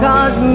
Cause